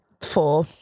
four